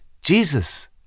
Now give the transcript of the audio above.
jesus